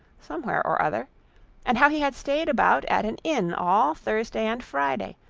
some where or other and how he had stayed about at an inn all thursday and friday,